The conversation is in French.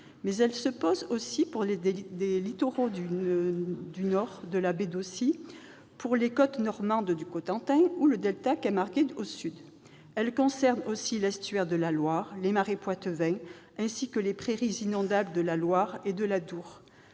Elle se pose aussi pour des littoraux du Nord, dans la baie d'Authie, pour les côtes normandes du Cotentin ou le delta camarguais au Sud. Elle concerne aussi l'estuaire de la Loire, les marais poitevins, ainsi que les prairies inondables de la Loire et de l'Adour.